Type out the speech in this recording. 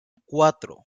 cuatro